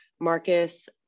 Marcus